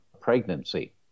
pregnancy